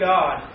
God